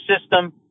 system